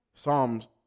Psalms